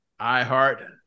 iHeart